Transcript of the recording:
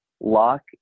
lock